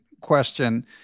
question